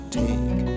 take